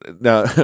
now